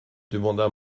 demanda